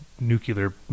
nuclear